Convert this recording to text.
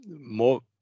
more